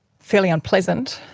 fairly unpleasant.